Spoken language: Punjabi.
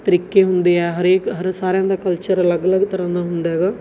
ਤਰੀਕੇ ਹੁੰਦੇ ਆ ਹਰੇਕ ਹਰ ਸਾਰਿਆਂ ਦਾ ਕਲਚਰ ਅਲੱਗ ਅਲੱਗ ਤਰ੍ਹਾਂ ਦਾ ਹੁੰਦਾ ਹੈਗਾ